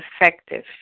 effective